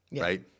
right